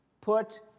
Put